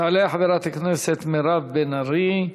תעלה חברת הכנסת מירב בן ארי,